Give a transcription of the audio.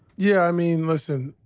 yeah. i mean, listen,